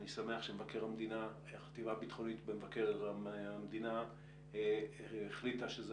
אני שמח שהחטיבה הביטחונית במבקר המדינה החליטה שזה